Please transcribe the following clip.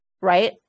Right